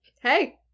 hey